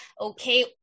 Okay